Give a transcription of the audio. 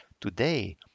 today